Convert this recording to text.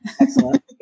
Excellent